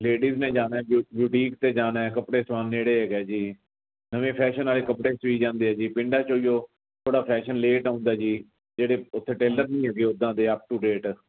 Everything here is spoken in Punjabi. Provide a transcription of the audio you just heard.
ਲੇਡੀਜ ਨੇ ਜਾਣਾ ਬੁਟੀਕ 'ਤੇ ਜਾਣਾ ਕੱਪੜੇ ਸਿਵਾਉਣ ਨੇੜੇ ਹੈਗਾ ਜੀ ਨਵੇਂ ਫੈਸ਼ਨ ਵਾਲੇ ਕੱਪੜੇ 'ਚ ਵੀ ਜਾਂਦੇ ਆ ਜੀ ਪਿੰਡਾਂ ਚੋਂ ਹੀ ਉਹ ਥੋੜ੍ਹਾ ਫੈਸ਼ਨ ਲੇਟ ਆਉਂਦਾ ਜੀ ਜਿਹੜੇ ਉਥੇ ਟੇਲਰ ਨਹੀਂ ਹੈਗੇ ਉੱਦਾਂ ਦੇ ਅਪ ਟੂ ਡੇਟ